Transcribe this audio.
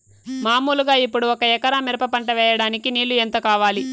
మామూలుగా ఇప్పుడు ఒక ఎకరా మిరప పంట వేయడానికి నీళ్లు ఎంత కావాలి?